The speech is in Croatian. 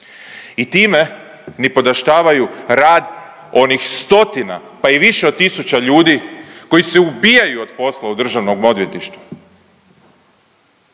I time nipodašavaju rad onih stotina pa i više od tisuća ljudi koji se ubijaju od posla u državnom odvjetništvu,